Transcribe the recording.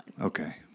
Okay